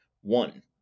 One